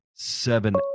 Seven